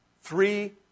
Three